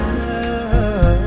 love